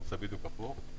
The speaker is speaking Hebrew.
הוא עושה בדיוק הפוך.